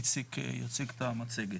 איציק יציג את המצגת.